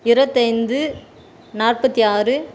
இருபத்தைந்து நாற்பத்தி ஆறு